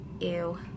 Ew